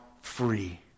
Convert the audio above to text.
free